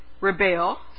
Rebel